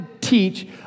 teach